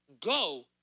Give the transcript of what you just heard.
go